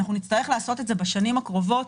בשנים הקרובות,